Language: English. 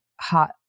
hot